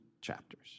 chapters